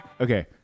Okay